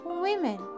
Women